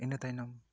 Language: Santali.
ᱤᱱᱟᱹ ᱛᱟᱭᱱᱚᱢ